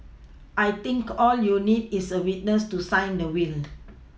I think all you need is a witness to sign the will